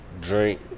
drink